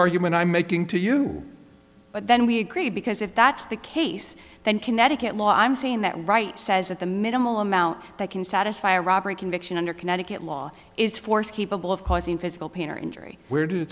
argument i'm making to you but then we agree because if that's the case then connecticut law i'm saying that right says the minimal amount that can satisfy a robbery conviction under connecticut law is force capable of causing physical pain or injury where do